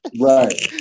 right